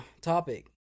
topic